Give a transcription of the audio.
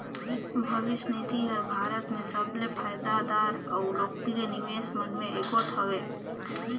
भविस निधि हर भारत में सबले फयदादार अउ लोकप्रिय निवेस मन में एगोट हवें